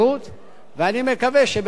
ואני מקווה שבקרוב מאוד,